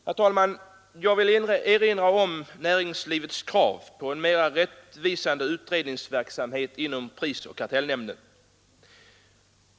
Herr talman! Jag vill erinra om näringslivets krav på en mer rättvisande utredningsverksamhet inom prisoch kartellnämnden.